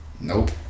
Nope